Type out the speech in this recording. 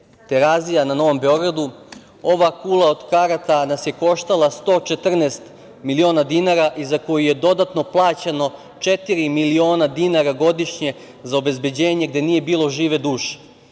„Terazija“ na Novom Beogradu, ova kula od karata nas je koštala 114 miliona dinara i za koju je dodatno plaćeno četiri miliona dinara godišnje za obezbeđenje, gde nije bilo žive duše.